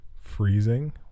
freezing